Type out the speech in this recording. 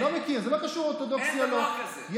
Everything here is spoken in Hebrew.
הם לא קצת מעל הנתון הממוצע של המדינה,